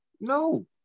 No